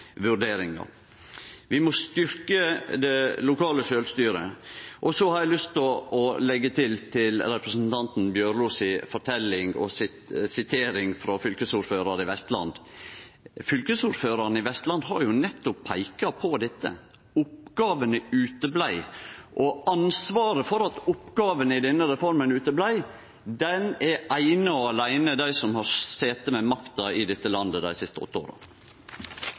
vurderingar. Vi må styrkje det lokale sjølvstyret. Så har eg lyst til å leggje til, til representanten Bjørlo si forteljing og sitering frå fylkesordførar i Vestland, at fylkesordføraren i Vestland har peika på nettopp dette: Oppgåvene kom ikkje, og ansvaret for at oppgåvene i denne reforma ikkje kom, har eine og åleine dei som har sete med makta i dette landet dei siste åtte åra.